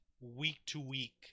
week-to-week